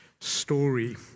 story